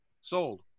sold